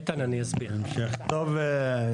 יש לכם בעיות ספציפיות